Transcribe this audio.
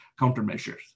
countermeasures